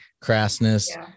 crassness